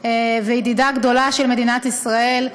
וידידה גדולה של מדינת ישראל,